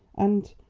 and,